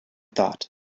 thought